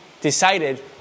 decided